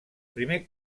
primer